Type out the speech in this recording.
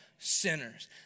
Sinners